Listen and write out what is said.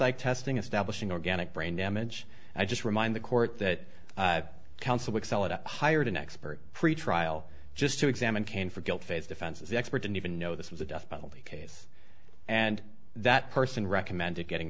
psych testing establishing organic brain damage i just remind the court that counsel excel at a higher than expert free trial just to examine can for guilt phase defense expert didn't even know this was a death penalty case and that person recommended getting